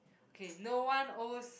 K no one owes